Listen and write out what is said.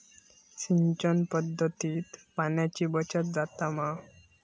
सिंचन पध्दतीत पाणयाची बचत जाता मा?